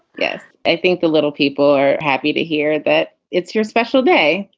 yes i think the little people are happy to hear that. it's your special day.